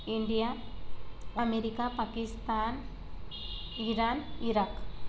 India America Pakistan Iran Iraq